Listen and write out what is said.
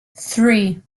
three